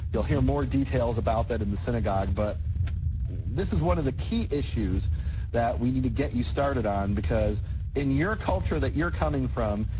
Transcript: you'll hear more details about that in the synagogue but this is one of the key issues that we need to get you started on because in your culture that you're coming from,